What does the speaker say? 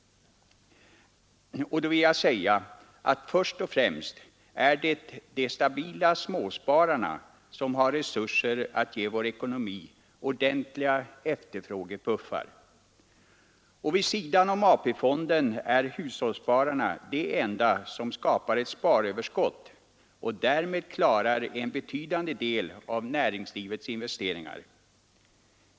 Och då vill jag säga att först och främst är det de stabila småspararna som har resurser att ge vår ekonomi ordentliga efterfrågepuffar. Vid sidan om AP-fonden är hushållsspararna de enda som skapar ett sparöverskott och därmed klarar en betydande del av näringslivets investeringar.